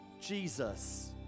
Jesus